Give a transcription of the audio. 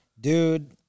Dude